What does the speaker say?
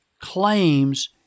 claims